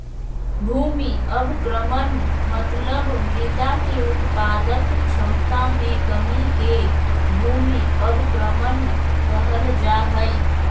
भूमि अवक्रमण मतलब मृदा के उत्पादक क्षमता मे कमी के भूमि अवक्रमण कहल जा हई